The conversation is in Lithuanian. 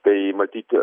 tai matyti